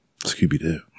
Scooby-Doo